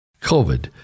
COVID